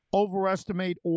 overestimate